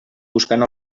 buscant